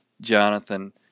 Jonathan